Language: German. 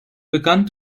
begann